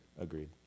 Agreed